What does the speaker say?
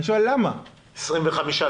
אני שואל למה זה כך.